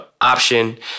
option